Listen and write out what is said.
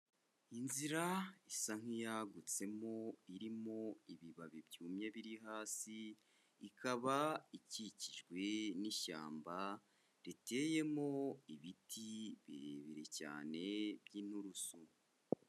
Inzira isa nk'iyagutsemo irimo ibibabi byumye biri hasi, ikaba ikikijwe n'ishyamba riteyemo ibiti birebire cyane by'inturusu.